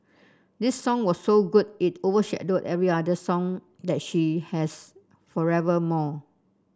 this song was so good it overshadowed every other song that she has forevermore